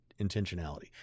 intentionality